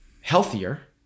healthier